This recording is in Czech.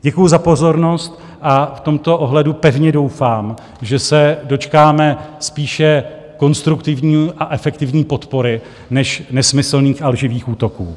Děkuji za pozornost a v tomto ohledu pevně doufám, že se dočkáme spíše konstruktivní a efektivní podpory než nesmyslných a lživých útoků.